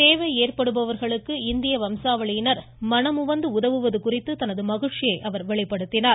தேவை ஏற்படுபவர்களுக்கு இந்திய வம்சாவளியினர் மனமுவந்து உதவுவது குறித்து தனது மகிழ்ச்சியை வெளிப்படுத்தினார்